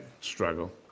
struggle